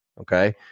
Okay